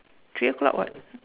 three o'clock [what]